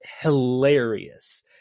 hilarious